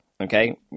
okay